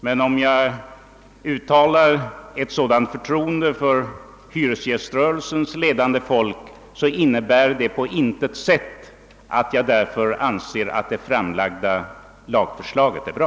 Men om jag uttalar ett sådant förtroende för hyresgäströrelsens ledande personer, så innebär det på intet sätt att jag därmed anser att det framlagda lagförslaget är bra.